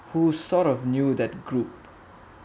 who sort of knew that group